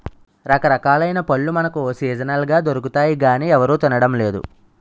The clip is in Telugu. రకరకాలైన పళ్ళు మనకు సీజనల్ గా దొరుకుతాయి గానీ ఎవరూ తినడం లేదు